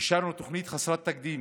אישרנו תוכנית חסרת תקדים